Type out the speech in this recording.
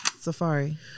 Safari